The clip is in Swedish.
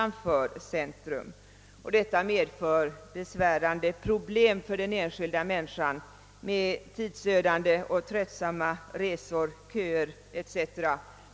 Detta medför besvärande problem för den enskilda människan — tidsödande och tröttsamma resor, köer etc.